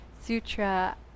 sutra